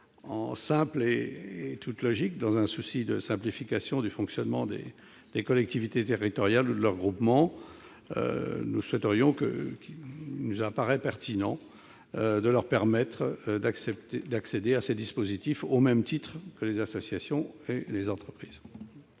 pourquoi, en toute logique, dans un souci de simplification du fonctionnement des collectivités territoriales ou de leurs groupements, il nous paraît pertinent de permettre à ceux-ci d'accéder à ces dispositifs, au même titre que les associations ou les entreprises.